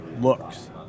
looks